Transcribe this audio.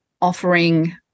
offering